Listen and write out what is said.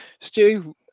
Stu